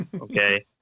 Okay